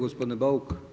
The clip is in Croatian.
Gospodine Bauk.